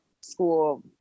school